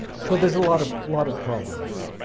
so there's a lot of lot of problems.